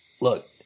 look